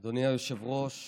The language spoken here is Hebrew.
אדוני היושב-ראש,